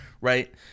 right